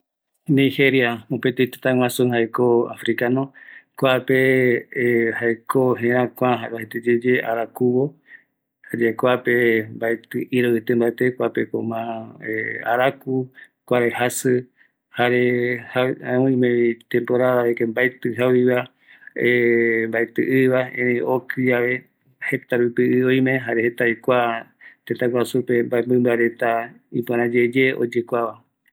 Nigeria, jaeko mopeti tätä guaju, pais africano, kuapee jaeko jerakua jare oajaeteyeye arakuvo, kuape mbaetï iroï ete mbate, kuapeko mas araku Kuaraï jasï, jare oimevi temporada jare mbaetï jaiviva, ,,,,,mbatï ïva, erei okï yave jetarupi ï oime, jare oimevi kua tëtä guajupe kua mbaemïmba reta ïpöra yeye oyekuava.